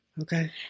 Okay